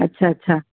अच्छा अच्छा